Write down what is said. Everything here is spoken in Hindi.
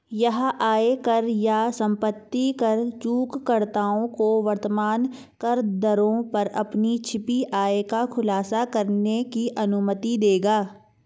यह आयकर या संपत्ति कर चूककर्ताओं को वर्तमान करदरों पर अपनी छिपी आय का खुलासा करने की अनुमति देगा